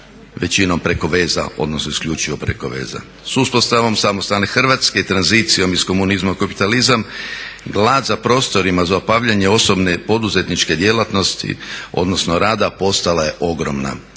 većinom preko veza, odnosno isključivo preko veza. S uspostavom samostalne Hrvatske i tranzicijom iz komunizma u kapitalizam glad za prostorima za obavljanje osobne poduzetničke djelatnosti odnosno rada postala je ogromna.